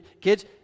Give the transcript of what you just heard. kids